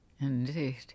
Indeed